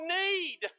need